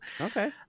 Okay